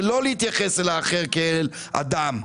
זה לא להתייחס אל האחר כאל אדם,